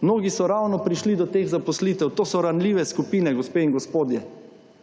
Mnogi so ravno prišli do teh zaposlitev, to so ranljive skupine, gospe in gospodje,